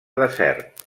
desert